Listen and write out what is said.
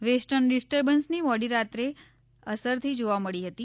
western ડિસ્ટર્બન્સની મોડી રાત્રે અસરથી જોવા મળી હતી